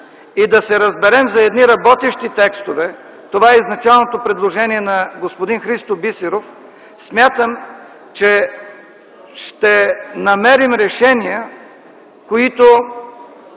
и да се разберем за едни работещи текстове, това е изначалното предложение на господин Христо Бисеров, смятам, че ще намерим решения, които